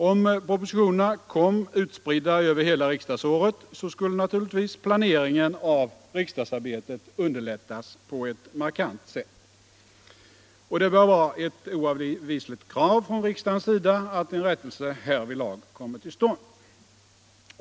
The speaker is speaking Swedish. Om propositionerna kom utspridda över hela riksdagsåret skulle planeringen av riksdagsarbetet underlättas på ett markant sätt. Och det bör vara ett oavvisligt krav från riksdagen att en rättelse härvidlag kommer till stånd.